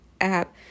app